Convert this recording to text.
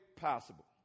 possible